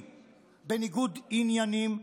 בניגוד עניינים חמור.